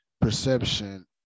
perception